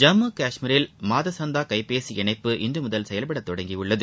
ஜம்மு காஷ்மீரில் மாத சந்தா கைப்பேசி இணைப்பு இன்று முதல் செயல்படத் தொடங்கியது